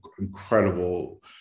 incredible